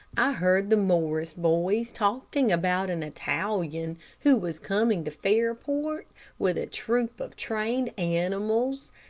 i heard the morris boys talking about an italian who was coming to fairport with a troupe of trained animals,